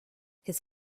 his